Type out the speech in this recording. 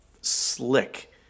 slick